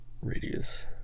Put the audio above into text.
radius